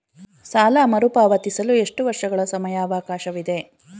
ಸಾಲ ಮರುಪಾವತಿಸಲು ಎಷ್ಟು ವರ್ಷಗಳ ಸಮಯಾವಕಾಶವಿದೆ?